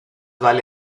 vale